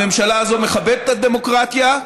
הממשלה הזו מכבדת את הדמוקרטיה,